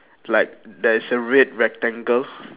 like there is a red rectangle